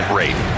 rate